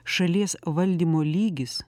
šalies valdymo lygis